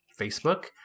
Facebook